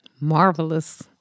Marvelous